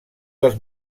dels